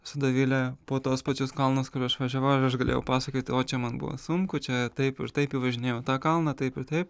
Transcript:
su dovile po tuos pačius kalnus kur aš važiavau ir aš galėjau pasakot o čia man buvo sunku čia taip ir taip įvažinėjau į tą kalną taip ir taip